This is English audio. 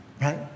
right